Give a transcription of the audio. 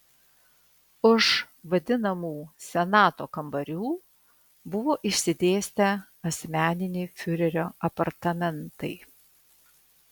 už vadinamų senato kambarių buvo išsidėstę asmeniniai fiurerio apartamentai